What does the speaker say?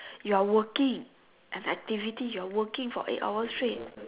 you are working have activities you are working for eight hours straight